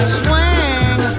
swing